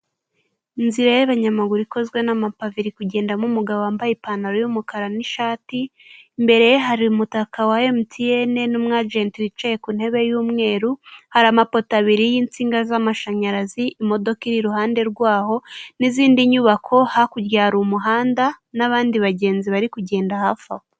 Inzira y'abanyamaguru ikozwe n'amapave iri kugendamo umugabo wambaye ipantaro y'umukara n'ishati, imbere ye hari umutaka wa emutiyene n'umwajenti wicaye ku ntebe y'umweru, hari amapoto abiri y'insinga z'amashanyarazi, imodoka iri iruhande rwaho n'izindi nyubako, hakurya hari umuhanda n'abandi bagenzi bari kugenda hafi aho.